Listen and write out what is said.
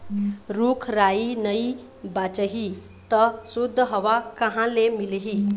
रूख राई नइ बाचही त सुद्ध हवा कहाँ ले मिलही